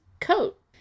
coat